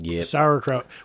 sauerkraut